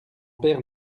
père